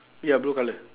ya blue colour